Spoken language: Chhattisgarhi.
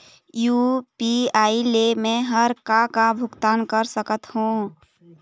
यू.पी.आई ले मे हर का का भुगतान कर सकत हो?